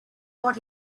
what